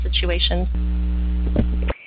situation